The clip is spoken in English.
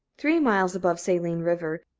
three miles above saline river,